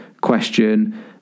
question